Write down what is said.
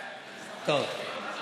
טוב.